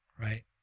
right